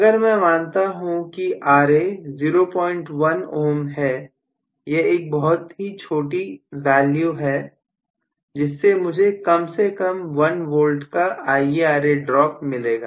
अगर मैं मानता हूं कि Ra 01 Ω है यह एक बहुत ही छोटी वाली है जिससे मुझे कम से कम 1V का IaRa ड्रॉप मिलेगा